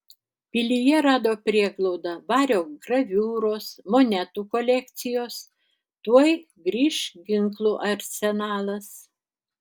pilyje rado prieglaudą vario graviūros monetų kolekcijos tuoj grįš ginklų arsenalas